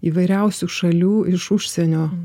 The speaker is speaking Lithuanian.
įvairiausių šalių iš užsienio